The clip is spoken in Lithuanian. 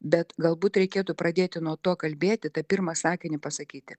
bet galbūt reikėtų pradėti nuo to kalbėti tą pirmą sakinį pasakyti